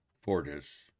fortis